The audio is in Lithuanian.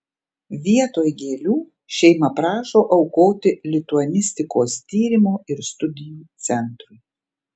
vietoj gėlių šeima prašo aukoti lituanistikos tyrimo ir studijų centrui